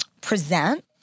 present